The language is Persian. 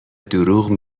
دروغ